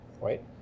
Right